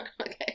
Okay